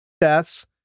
deaths